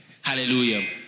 hallelujah